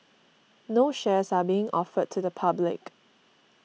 no shares are being offered to the public